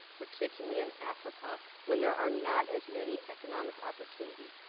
particularly in africa, when there are not as many economic opportunities?